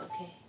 Okay